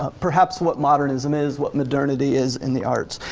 ah perhaps what modernism is, what modernity is in the arts.